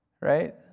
right